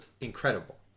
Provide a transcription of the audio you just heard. incredible